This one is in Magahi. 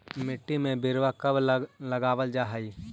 मिट्टी में बिरवा कब लगावल जा हई?